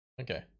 Okay